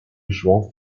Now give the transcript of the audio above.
juan